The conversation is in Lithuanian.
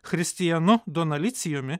christianu donalicijumi